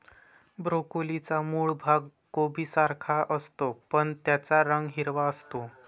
ब्रोकोलीचा मूळ भाग कोबीसारखाच असतो, पण त्याचा रंग हिरवा असतो